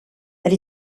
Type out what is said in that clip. that